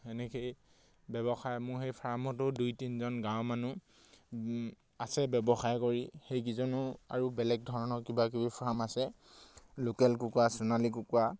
সেনেকৈয়ে ব্যৱসায় মোৰ সেই ফাৰ্মতো দুই তিনিজন গাঁৱৰ মানুহ আছে ব্যৱসায় কৰি সেইকেইজনো আৰু বেলেগ ধৰণৰ কিবাকিবি ফাৰ্ম আছে লোকেল কুকুৰা সোণালী কুকুৰা